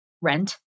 rent